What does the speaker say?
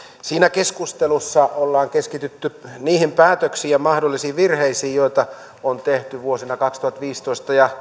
siinä keskustelussa ollaan keskitytty niihin päätöksiin ja mahdollisiin virheisiin joita on tehty vuosina kaksituhattaviisitoista ja